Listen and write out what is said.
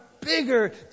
bigger